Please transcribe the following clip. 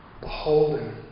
Beholding